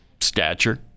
stature